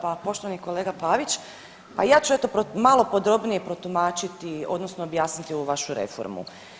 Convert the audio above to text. Poštovani kolega Pavić, pa ja ću eto malo podrobnije protumačiti, odnosno objasniti ovu vašu reformu.